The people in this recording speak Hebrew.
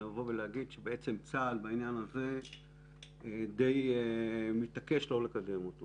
אני רוצה להגיד שצה"ל די מתעקש לא לקדם את העניין הזה.